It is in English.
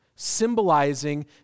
symbolizing